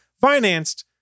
financed